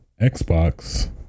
xbox